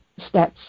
stats